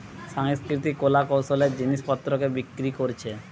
সাংস্কৃতিক কলা কৌশলের জিনিস পত্রকে বিক্রি কোরছে